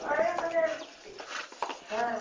अरे मैंने हाँ